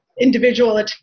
individual